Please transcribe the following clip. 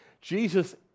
Jesus